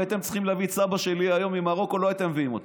אם הייתם צריכים להביא את סבא שלי היום ממרוקו לא הייתם מביאים אותו,